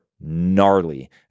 gnarly